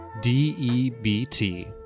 D-E-B-T